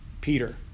Peter